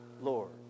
Lord